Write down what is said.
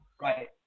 right